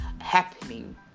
happening